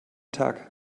tag